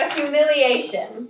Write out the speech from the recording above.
humiliation